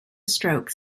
stroke